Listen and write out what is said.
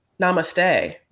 Namaste